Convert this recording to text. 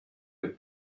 had